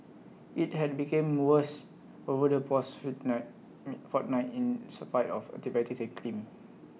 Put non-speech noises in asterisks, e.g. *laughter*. IT had become worse over the past foot night *hesitation* fortnight in spite of antibiotics and clean